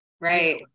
right